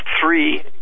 three